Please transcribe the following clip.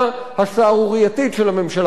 של הממשלה בסוגיית הדיור הציבורי.